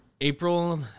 april